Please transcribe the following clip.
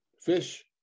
fish